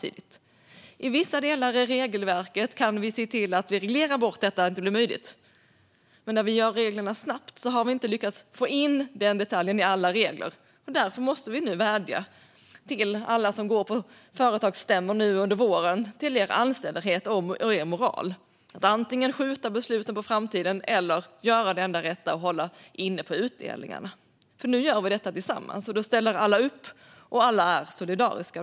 I vissa delar av regelverket kan vi reglera att detta inte blir möjligt, men eftersom vi inför reglerna snabbt har vi inte lyckats få in den detaljen i alla regler. Därför måste vi nu vädja till alla som går på företagsstämmor nu under våren om er anständighet och moral att antingen skjuta besluten på framtiden eller göra det enda rätta och hålla inne utdelningarna, för nu gör vi detta tillsammans, och då ställer alla upp och är solidariska.